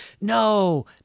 No